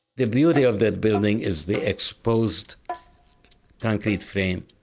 the beauty of that building is the exposed concrete frame,